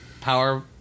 power